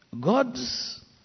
God's